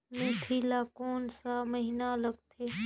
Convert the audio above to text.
मेंथी ला कोन सा महीन लगथे?